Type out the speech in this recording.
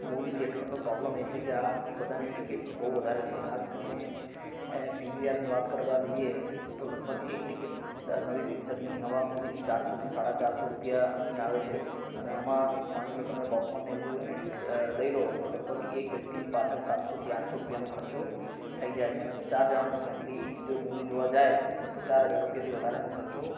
movie થિએટરનો problem એ છે કે આ બધાની ટિકિટ બહુ વધારે છે ખાસ કરીને પીવીઆરની વાત કરવા જઈએ તો લગભગ એક ટિકિટ્સ નવી પિક્ચરની નવા મૂવીની ચારસોથી સાડા ચારસો રૂપિયાની આવે છે અને એમાં માનીલો તમે પોપકોર્ન અને એવું બધું એન્ટ લઈ લો તો લગભગ એક વ્યક્તિની પાછળ સાતસોથી આઠસો રૂપિયાનો ખર્ચો થઈ જાય છે અને ચાર જણાનું ફેમિલી જો મૂવી જોવા જાય તો ચાર હજાર રૂપિયાથી વધારેનો ખર્ચો